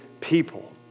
people